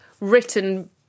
written